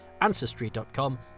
Ancestry.com